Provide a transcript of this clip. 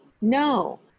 No